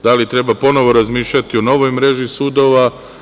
Da li treba ponovo razmišljati o novoj mreži sudova?